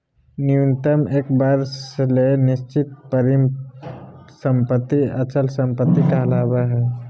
न्यूनतम एक वर्ष ले निश्चित परिसम्पत्ति अचल संपत्ति कहलावय हय